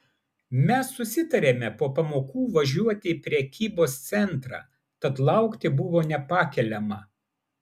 mes susitarėme po pamokų važiuoti į prekybos centrą tad laukti buvo nepakeliama